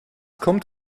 kommt